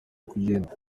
kugenda